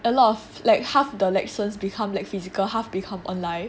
a lot of like half the lesson become like physical half become online